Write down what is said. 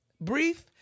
brief